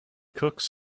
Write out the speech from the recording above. cooks